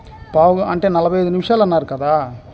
పావు అంటే నలభై ఐదు నిమిషాలు అన్నారు కదా